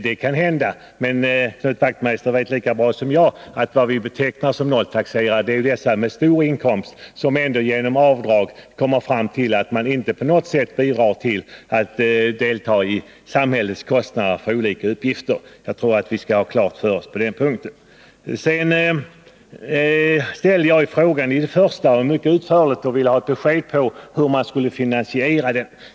Men Knut Wachtmeister vet lika bra som jag att vad vi betecknar som nolltaxerare är dessa med stor inkomst som genom avdrag ändå inte på något sätt kommer att bidra till samhällets kostnader för olika uppgifter. Jag tror att vi skall ha detta klart för oss på den punkten. Jag ställde i mitt första inlägg mycket utförligt frågan hur man skall finansiera skattereformen, och jag ville ha ett besked.